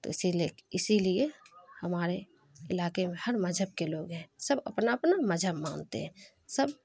تو اسی لے اسی لیے ہمارے علاقے میں ہر مذہب کے لوگ ہیں سب اپنا اپنا مذہب مانتے ہیں سب